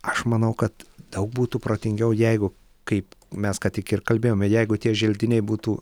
aš manau kad daug būtų protingiau jeigu kaip mes ką tik ir kalbėjome jeigu tie želdiniai būtų